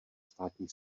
státní